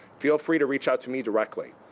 feel free to reach out to me directly.